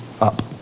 up